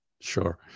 Sure